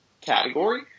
category